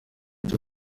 ryo